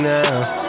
Now